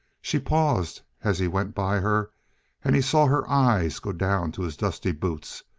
she paused as he went by her and he saw her eyes go down to his dusty boots,